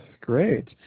great